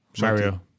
Mario